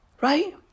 right